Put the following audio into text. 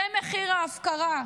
זה מחיר ההפקרה.